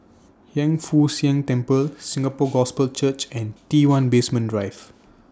Hiang Foo Siang Temple Singapore Gospel Church and T one Basement Drive